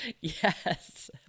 yes